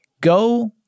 go